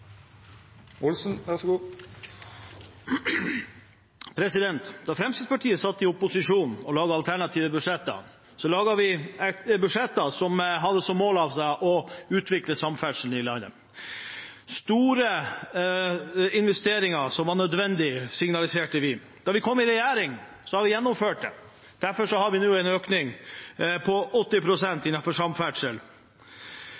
av Finland, så der kan man kjøre hele døgnet. Da Fremskrittspartiet satt i opposisjon og laget alternative budsjetter, laget vi budsjetter som hadde som mål å utvikle samferdselen i landet. Vi signaliserte store investeringer som var nødvendig. Da vi kom i regjering, gjennomførte vi det. Derfor har vi nå en økning på